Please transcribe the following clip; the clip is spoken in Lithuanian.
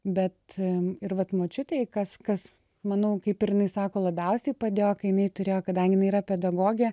bet ir vat močiutei kas kas manau kaip ir jinai sako labiausiai padėjo kai jinai turėjo kadangi yra pedagogė